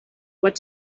what